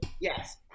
Yes